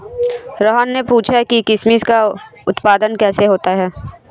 रोहन ने पूछा कि किशमिश का उत्पादन कैसे होता है?